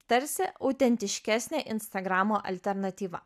tarsi autentiškesnė instagramo alternatyva